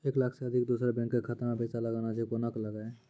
एक लाख से अधिक दोसर बैंक के खाता मे पैसा लगाना छै कोना के लगाए?